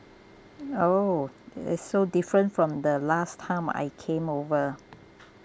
oh it's so different from the last time I came over